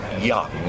young